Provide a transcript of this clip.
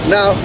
Now